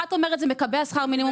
אחת אומרת: זה מקבע שכר מינימום,